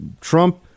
Trump